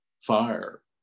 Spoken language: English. fire